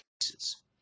cases